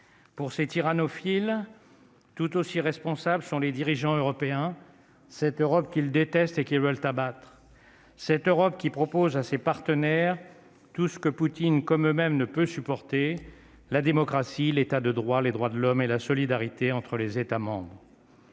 pour ces tyranneaux file tout aussi responsables, ce sont les dirigeants européens, cette Europe qu'il déteste et qui veulent abattre cette Europe qui propose à ses partenaires, tout ce que Poutine comme eux-mêmes ne peut supporter la démocratie, l'État de droit, les droits de l'homme et la solidarité entre les États membres.